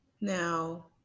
Now